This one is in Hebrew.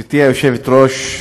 גברתי היושבת-ראש,